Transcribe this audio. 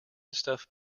stuff